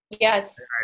Yes